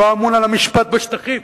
שהוא האמון על המשפט בשטחים,